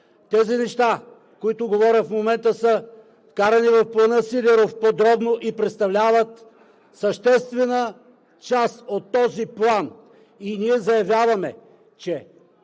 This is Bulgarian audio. Тези неща, които говоря в момента, са вкарани в Плана „Сидеров“ подробно и представляват съществена част от този план. И ние заявяваме, че